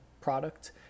product